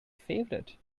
favorite